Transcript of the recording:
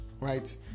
right